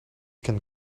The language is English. can